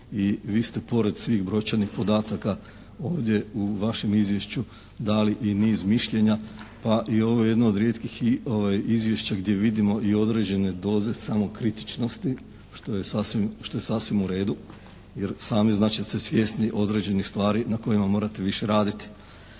i vi ste pored svih brojčanih podataka ovdje u vašem izvješću dali i niz mišljenja pa je i ovo jedno od rijetkih izvješća gdje vidimo i određene doze samokritičnosti što je sasvim uredu, jer i sami ste znači svjesni određenih stvari na kojima morate više raditi.